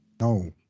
No